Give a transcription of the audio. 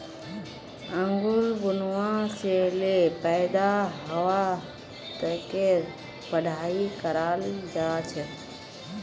अंगूर बुनवा से ले पैदा हवा तकेर पढ़ाई कराल जा छे